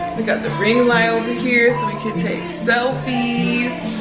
we got the ring light over here so we can take selfies.